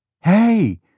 Hey